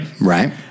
Right